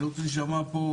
אני לא רוצה להישמע פה